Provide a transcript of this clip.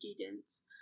students